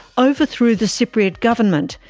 overthrew the cypriot government,